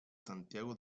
santiago